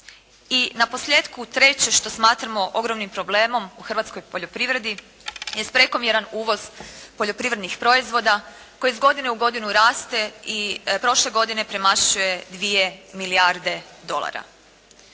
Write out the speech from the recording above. I naposljetku treće što smatramo ogromnim problemom u hrvatskoj poljoprivredi jest prekomjeran uvoz poljoprivrednih proizvoda koji iz godine u godinu raste i prošle godine premašuje 2 milijarde dolara.